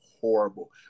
horrible